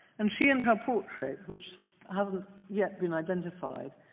and she and her portrait, which hasn't yet been identified,